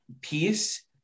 piece